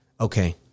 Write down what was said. okay